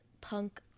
punk